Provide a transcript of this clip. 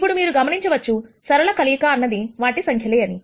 ఇప్పుడు మీరు గమనించవచ్చు సరళ కలయిక అన్నది వాటి సంఖ్య లే అని